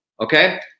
okay